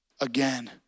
again